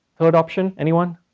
third option, anyone?